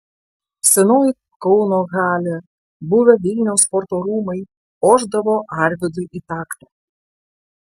senoji kauno halė buvę vilniaus sporto rūmai ošdavo arvydui į taktą